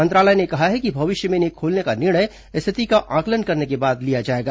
मंत्रालय ने कहा है कि भविष्य में इन्हें खोलने का निर्णय स्थिति का आकलन करने के बाद लिया जाएगा